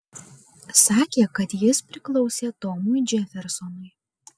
sakė kad jis priklausė tomui džefersonui